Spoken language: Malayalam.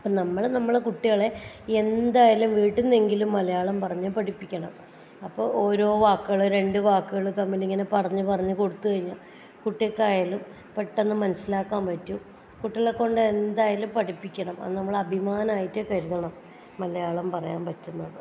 അപ്പം നമ്മൾ നമ്മുടെ കുട്ടികളെ എന്തായാലും വീട്ടിൽ നിന്നെങ്കിലും മലയാളം പറഞ്ഞ് പഠിപ്പിയ്ക്കണം അപ്പോൾ ഓരോ വാക്കുകൾ രണ്ട് വാക്കുകൾ തമ്മിലിങ്ങനെ പറഞ്ഞ് പറഞ്ഞ് കൊടുത്ത് കഴിഞ്ഞാൽ കുട്ടിക്കായാലും പെട്ടെന്ന് മനസ്സിലാക്കാൻ പറ്റും കുട്ടികളെ കൊണ്ട് എന്തായാലും പഠിപ്പിയ്ക്കണം അത് നമ്മുടെ അഭിമാനമായിട്ട് കരുതണം മലയാളം പറയാൻ പറ്റുന്നത്